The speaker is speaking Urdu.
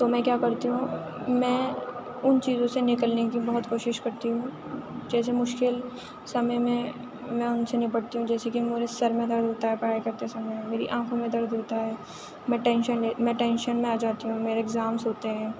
تو میں کیا کرتی ہوں میں ان چیزوں سے نکلنے کی بہت کوشش کرتی ہوں جیسے مشکل سمئے میں میں ان سے نپٹتی ہوں جیسے کہ میرے سر میں درد ہوتا ہے پڑھائی کرتے سمئے میری آنکھوں میں درد ہوتا ہے میں ٹینشن میں ٹینشن میں آ جاتی ہوں میرے ایگزامس ہوتے ہیں